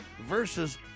versus